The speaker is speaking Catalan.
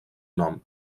nom